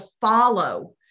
follow